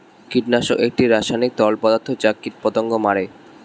কীটনাশক একটি রাসায়নিক তরল পদার্থ যা কীটপতঙ্গ মারে